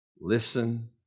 Listen